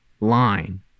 line